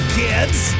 kids